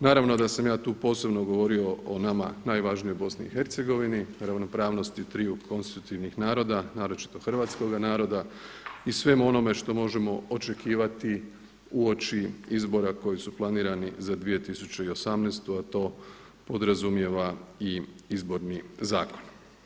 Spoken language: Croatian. Naravno da sam ja tu posebno govorio o nama najvažnijoj BiH, ravnopravnosti triju konstitutivnih naroda, naročito hrvatskoga naroda i svemu onome što možemo očekivati uoči izbora koji su planirani za 2018., a to podrazumijeva i izborni zakon.